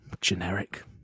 generic